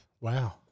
Wow